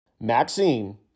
Maxine